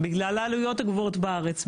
בגלל העלויות הגבוהות בארץ,